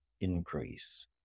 increase